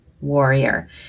warrior